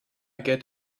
get